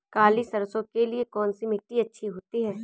काली सरसो के लिए कौन सी मिट्टी अच्छी होती है?